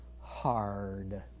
hard